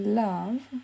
love